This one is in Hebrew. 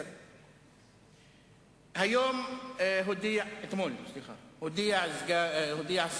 הצפויה ואנחנו רוצים להבטיח שהנזקים החברתיים